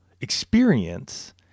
experience